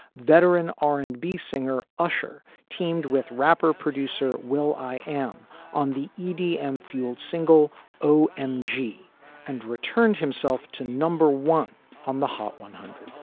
veteran r and b singer usher teamed with rapper producer will i am on the idm fueled single o m g and returned himself to number one on the hot one hundred.